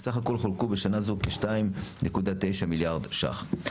בסך הכול חולקו בשנה זו כ-2.9 מיליארד שקלים.